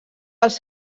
els